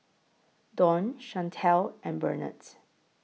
Don Shantell and Burnett